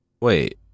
wait